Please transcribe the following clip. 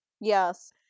Yes